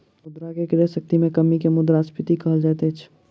मुद्रा के क्रय शक्ति में कमी के मुद्रास्फीति कहल जाइत अछि